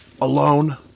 alone